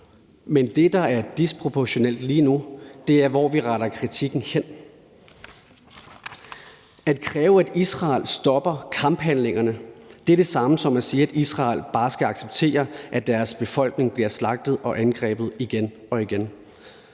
Men det, der er disproportionalt lige nu, er, hvor vi retter kritikken hen. At kræve, at Israel stopper kamphandlingerne, er det samme som at sige, at Israel bare skal acceptere, at deres befolkning bliver slagtet og angrebet igen og igen.